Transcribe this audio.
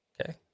okay